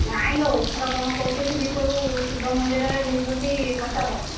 ନାଇଁଲୋ ଏଥର କ'ଣ କରୁଛନ୍ତି ସେ ଯେଉଁ ଶିବ ମନ୍ଦିରରେ ଦେଉଛନ୍ତି ପ୍ରସାଦ